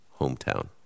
hometown